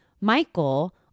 Michael